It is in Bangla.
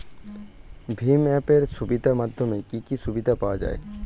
ভিম অ্যাপ এর মাধ্যমে কি কি সুবিধা পাওয়া যায়?